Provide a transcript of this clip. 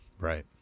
Right